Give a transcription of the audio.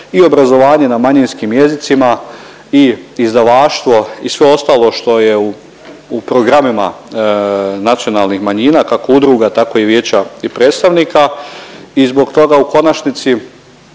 i obrazovanje na manjinskim jezicima i izdavaštvo i sve ostalo što je u programima nacionalnih manjina kako udruga tako i vijeća i predstavnika i zbog toga u konačnici